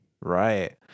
Right